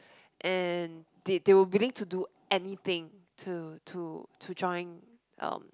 and they they were willing to do anything to to to join um